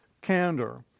Candor